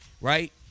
right